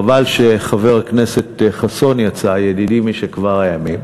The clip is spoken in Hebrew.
חבל שחבר הכנסת חסון יצא, ידידי משכבר הימים,